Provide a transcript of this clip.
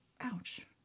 Ouch